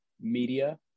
media